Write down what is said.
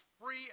free